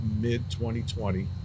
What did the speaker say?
mid-2020